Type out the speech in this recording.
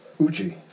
Uchi